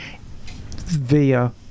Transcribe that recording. via